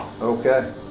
Okay